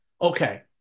okay